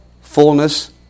fullness